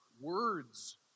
words